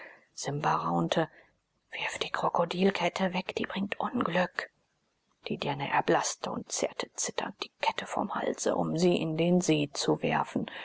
simba raunte wirf die krokodilkette weg die bringt unglück die dirne erblaßte und zerrte zitternd die kette vom halse um sie in den see zu werfen